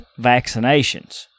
vaccinations